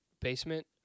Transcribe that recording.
basement